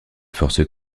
forces